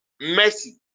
mercy